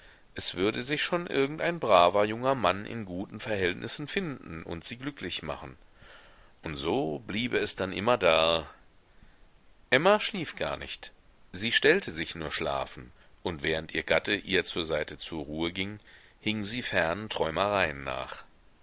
es würde sich schon irgendein braver junger mann in guten verhältnissen finden und sie glücklich machen und so bliebe es dann immerdar emma schlief gar nicht sie stellte sich nur schlafend und während ihr gatte ihr zur seite zur ruhe ging hing sie fernen träumereien nach